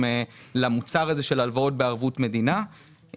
למוצר הזה של הלוואות בערבות מדינה,